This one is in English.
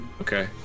Okay